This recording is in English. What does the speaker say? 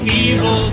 evil